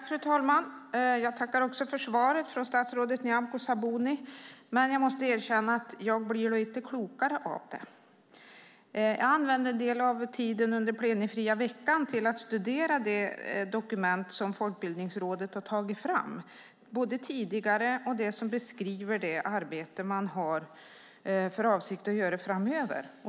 Fru talman! Jag tackar för svaret från statsrådet Nyamko Sabuni, men jag måste erkänna att jag inte blir klokare av det. Jag använde en del av tiden under plenifria veckan till att studera de dokument som Folkbildningsrådet har tagit fram, både tidigare och de som beskriver det arbete som man har för avsikt att göra framöver.